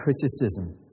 criticism